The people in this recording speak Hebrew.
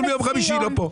לא פה.